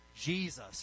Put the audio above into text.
Jesus